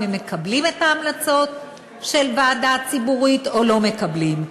הם מקבלים את ההמלצות של הוועדה הציבורית או לא מקבלים.